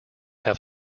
have